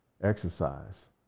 exercise